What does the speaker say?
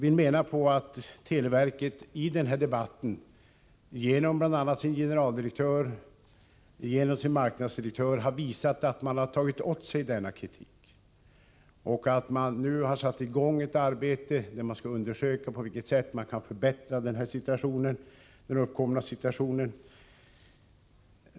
I den debatt som förs har enligt min mening televerket, genom sin generaldirektör och sin marknadsdirektör, visat att verket tagit åt sig den kritik som framförts. Inom televerket har man nu satt i gång ett arbete för att undersöka på vilket sätt man kan förbättra den uppkomna situationen.